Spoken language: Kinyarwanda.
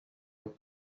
w’iyi